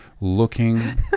looking